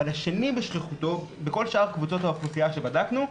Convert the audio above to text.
השני בשכיחותו בכל שאר קבוצות האוכלוסייה שבדקנו,